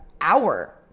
hour